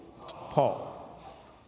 Paul